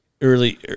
early